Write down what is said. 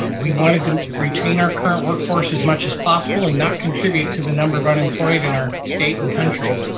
um we wanted to retain our current workforce as much as possible and not contribute to the number of unemployed in our state and country.